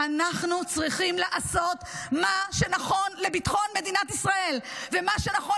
אנחנו צריכים לעשות מה שנכון לביטחון מדינת ישראל ומה שנכון